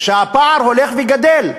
שהפער הולך וגדל.